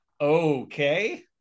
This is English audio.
Okay